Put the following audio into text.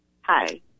Hi